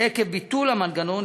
עקב ביטול המנגנון,